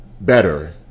better